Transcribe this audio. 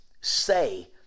say